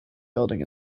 building